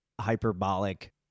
hyperbolic